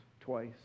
twice